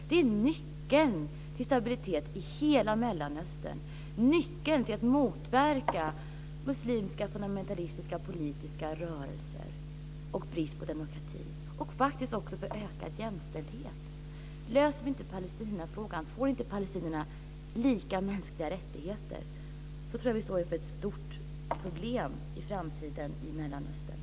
Det är nyckeln till stabilitet i hela Mellanöstern, nyckeln till att motverka muslimska, fundamentalistiska, politiska rörelser och brist på demokrati och det är nyckeln till att öka jämställdheten. Löser vi inte Palestinafrågan, får inte palestinierna likvärdiga mänskliga rättigheter står vi inför ett stort problem i framtiden i Mellanöstern.